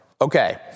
Okay